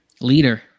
Leader